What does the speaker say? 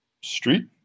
Street